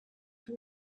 from